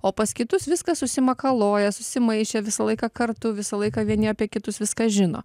o pas kitus viskas susimakaluoja susimaišę visą laiką kartu visą laiką vieni apie kitus viską žino